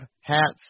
hats